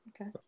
Okay